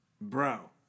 bro